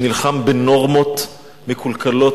שנלחם בנורמות מקולקלות,